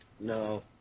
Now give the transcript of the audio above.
No